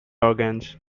organs